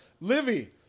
Livy